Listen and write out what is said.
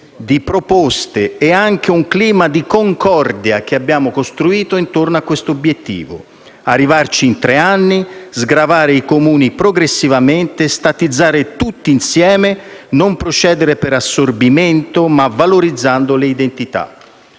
di proposte e anche un clima di concordia che abbiamo costruito attorno a questo obiettivo: arrivarci in tre anni, sgravare i Comuni progressivamente, statizzare tutti insieme, non procedere per assorbimento ma valorizzando le identità.